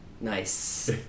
Nice